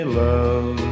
love